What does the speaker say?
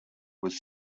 was